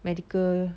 medical